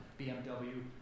BMW